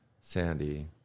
Sandy